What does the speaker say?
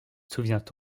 souvient